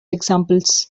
examples